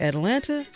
Atlanta